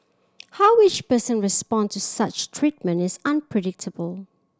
how each person responds to such treatment is unpredictable